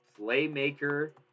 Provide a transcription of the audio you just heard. Playmaker